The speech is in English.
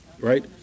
right